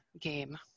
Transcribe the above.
game